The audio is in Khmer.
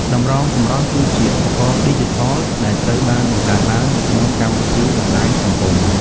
តម្រងសម្រស់ គឺជាឧបករណ៍ឌីជីថលដែលត្រូវបានបង្កើតឡើងនៅក្នុងកម្មវិធីបណ្ដាញសង្គម។